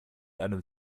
einem